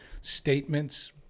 statements